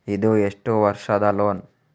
ಇದು ಎಷ್ಟು ವರ್ಷದ ಲೋನ್?